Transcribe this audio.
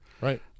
Right